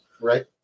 Right